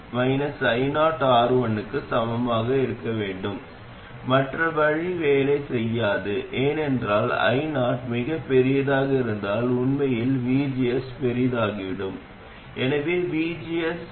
இப்போது இறுதியில் இந்தத் தொகுதியின் வெளியீட்டு மின்னோட்டம் ஒரு சுமையுடன் இணைக்கப்பட வேண்டும் எனவே மின்னோட்டம் வடிகால் இருந்து மூலத்திற்கு பாய்கிறது இந்த டெர்மினல்களில் ஒன்றில் சுமைகளை இணைக்கலாம் மற்ற முனையத்தில் இதை ஒப்பிடலாம்